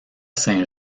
saint